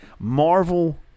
Marvel